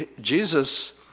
Jesus